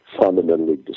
fundamentally